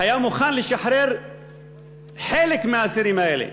היה מוכן לשחרר חלק מהאסירים האלה.